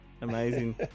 Amazing